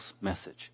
message